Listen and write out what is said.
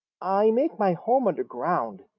i make my home under ground,